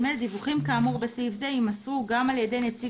(ג)דיווחים כאמור בסעיף זה יימסרו גם על ידי נציג